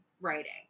writing